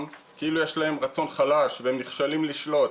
כאילו יש להם רצון חלש והם נכשלים לשלוט,